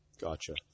Gotcha